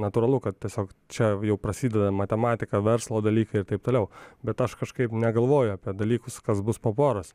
natūralu kad tiesiog čia jau prasideda matematika verslo dalykai ir taip toliau bet aš kažkaip negalvoju apie dalykus kas bus po poros